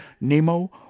Nemo